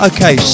Okay